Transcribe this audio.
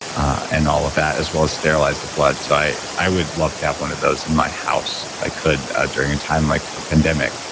and all of that, as well as sterilize the blood. so i i would love to have one of those in my house if i could during a time like a pandemic,